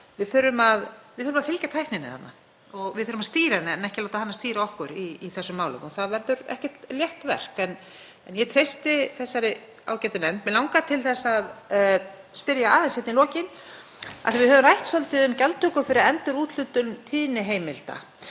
Við þurfum að fylgja tækninni þarna og við þurfum að stýra henni en ekki láta hana stýra okkur í þessum málum. Það verður ekki létt verk en ég treysti þessari ágætu nefnd. Mig langar að spyrja aðeins í lokin, af því við höfum rætt svolítið um gjaldtöku fyrir endurúthlutun tíðniheimilda